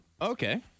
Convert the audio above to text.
Okay